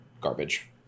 garbage